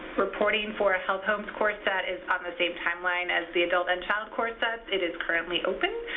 reporting for health home core set is on the same timeline as the adult and child core sets. it is currently open,